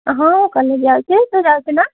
ହଁ କଲେଜ୍ ଯାଉଛି ତୁ ଯାଉଛୁ ନା